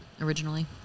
originally